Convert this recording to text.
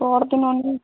ପହରଦିନ